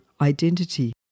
identity